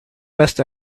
best